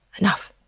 enough.